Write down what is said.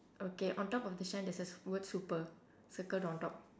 okay on top of the shine there's a word super circled on top